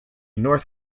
north